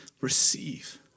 receive